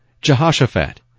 Jehoshaphat